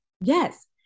Yes